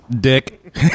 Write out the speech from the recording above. Dick